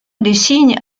dessine